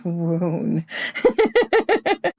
wound